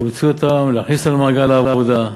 להוציא אותם ולהכניס אותם למעגל העבודה,